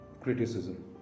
criticism